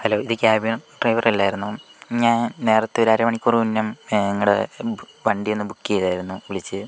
hello ഇത് ക്യാബിൻ്റെ driver അല്ലായിരുന്നോ ഞാൻ നേരത്തെ ഒരു അരമണിക്കൂർ മുന്നേ നിങ്ങളെ വണ്ടി ഒന്ന് ബുക്ക് ചെയ്തായിരുന്നു വിളിച്ചു